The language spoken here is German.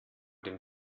dem